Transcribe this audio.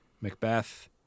Macbeth